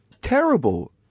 terrible